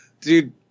Dude